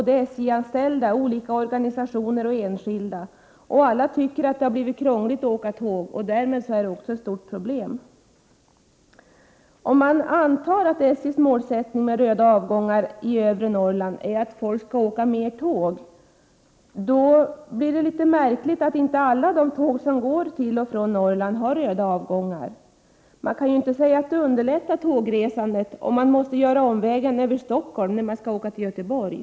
Det är SJ-anställda, olika organisationer och enskilda, och alla tycker de att det har blivit krångligt att åka tåg. Detta är alltså ett stort problem. Om man antar att SJ:s målsättning med de röda avgångarna för övre Norrland är att folk mera skall åka tåg, är det litet märkligt att inte alla tåg som går till och från Norrland har röda avgångar. Man kan ju inte säga att tågresandet underlättas, om man måste ta omvägen över Stockholm när man skall åka till Göteborg.